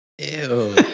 Ew